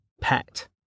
pet